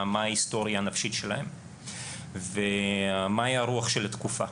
ההיסטוריה הנפשית שלהם ומה היה רוח התקופה.